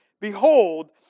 behold